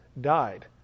died